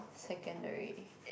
Secondary